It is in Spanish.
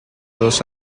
dos